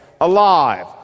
alive